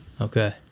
Okay